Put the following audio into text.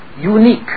unique